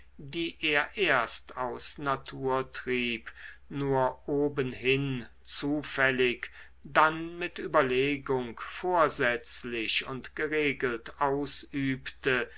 die er erst aus naturtrieb nur obenhin zufällig dann mit überlegung vorsätzlich und geregelt ausübte